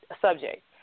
subject